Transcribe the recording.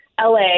LA